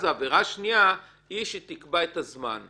אז העבירה השנייה היא שתקבע את הזמן.